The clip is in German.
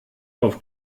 auf